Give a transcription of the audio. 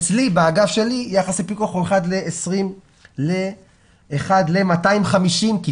אצלי באגף שלי יחס הפיקוח הוא אחד ל-250 כיתות